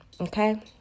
okay